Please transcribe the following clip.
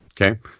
Okay